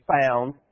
found